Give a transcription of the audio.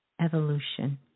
evolution